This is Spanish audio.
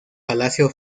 palacio